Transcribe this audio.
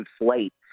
inflate